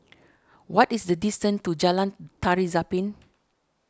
what is the distance to Jalan Tari Zapin